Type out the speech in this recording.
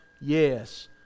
Yes